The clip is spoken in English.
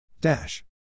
Dash